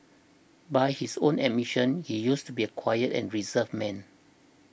by his own admission he used to be a quiet and reserved man